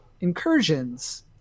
Incursions